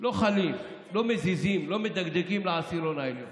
לא חלים, לא מזיזים, לא מדגדגים לעשירון העליון.